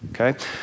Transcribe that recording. okay